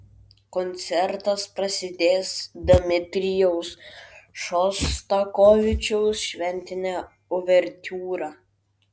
koncertas prasidės dmitrijaus šostakovičiaus šventine uvertiūra